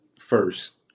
first